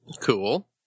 Cool